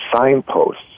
signposts